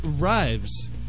arrives